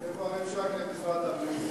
איפה הממשק למשרד הבריאות?